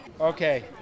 Okay